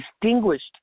distinguished